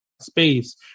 space